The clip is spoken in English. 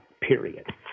period